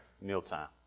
mealtime